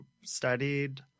studied